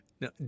Now